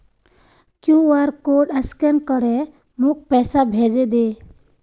QR code scan करे मोक पैसा भेजे दे